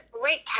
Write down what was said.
great